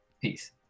Peace